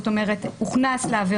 הוכנס לתוך